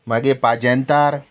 मागे पाजँतार